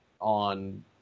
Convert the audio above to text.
on